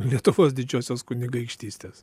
lietuvos didžiosios kunigaikštystės